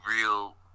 real